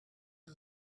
you